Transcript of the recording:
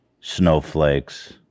snowflakes